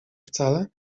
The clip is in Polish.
wcale